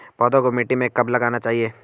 पौधों को मिट्टी में कब लगाना चाहिए?